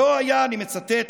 "לא היה" אני מצטט,